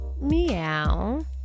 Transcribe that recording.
meow